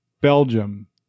belgium